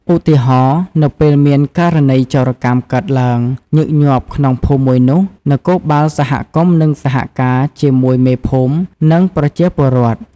ឧទាហរណ៍ នៅពេលមាន ករណីចោរកម្មកើតឡើងញឹកញាប់ក្នុងភូមិមួយនោះ នគរបាលសហគមន៍នឹងសហការជាមួយមេភូមិ និងប្រជាពលរដ្ឋ។